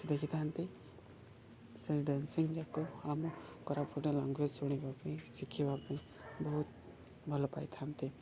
ଦେଖିଥାନ୍ତି ସେଇ ଡ୍ୟାନ୍ସିଂ ଯାକ ଆମ କୋରାପୁଟ ଲାଙ୍ଗୁଏଜ୍ ଶୁଣିବା ପାଇଁ ଶିଖିବା ପାଇଁ ବହୁତ ଭଲ ପାଇଥାନ୍ତି